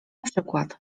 przykład